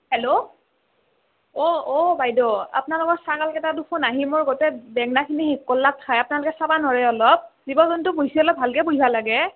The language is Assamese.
হেল্ল' অঁ অঁ বাইদেউ আপনালোকৰ ছাগাল কেইটা দেখোন আহি মোৰ গোটেই বেংনাখিনি শেষ কৰ্লাক খাই আপ্নালোকে চাবা নৰে অলপ জীৱ জন্তু পোইহলে অলপ ভালকে পোইহবা লাগে